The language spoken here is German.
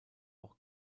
auch